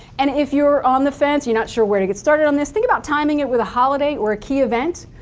and if you're on the fence, you're not sure where to get started on this, think about timing it with a holiday or a key event.